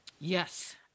Yes